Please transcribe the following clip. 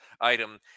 item